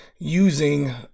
using